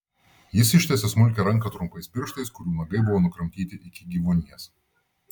jis ištiesė smulkią ranką trumpais pirštais kurių nagai buvo nukramtyti iki gyvuonies